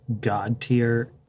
God-tier